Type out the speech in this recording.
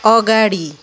अगाडि